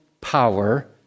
power